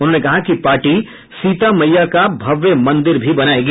उन्होंने कहा कि पार्टी सीता मैया का भव्य मंदिर बनायेगी